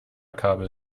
kabel